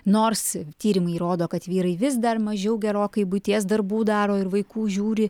nors tyrimai rodo kad vyrai vis dar mažiau gerokai buities darbų daro ir vaikų žiūri